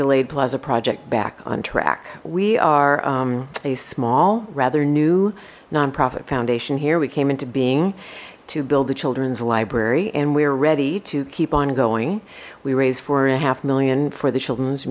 delayed plaza project back on track we are a small rather new nonprofit foundation here we came into being to build the children's library and we're ready to keep on going we raise four and a half million for the children's